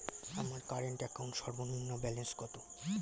আমার current account সর্বনিম্ন balance কত?